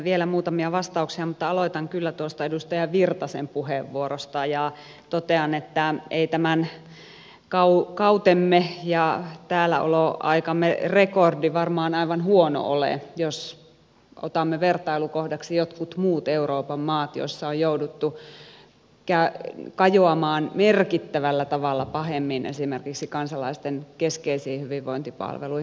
vielä muutamia vastauksia mutta aloitan kyllä tuosta edustaja virtasen puheenvuorosta ja totean että ei tämän kautemme ja täälläoloaikamme rekordi varmaan aivan huono ole jos otamme vertailukohdaksi jotkut muut euroopan maat joissa on jouduttu kajoamaan merkittävällä tavalla pahemmin esimerkiksi kansalaisten keskeisiin hyvinvointipalveluihin